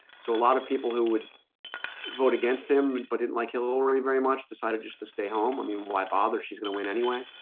so a lot of people who would vote against him and but didn't like hillary very much decided just to stay home. i mean, why bother she's gonna win anyway,